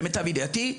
למיטב ידיעתי.